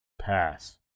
Pass